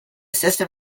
system